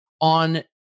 On